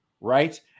right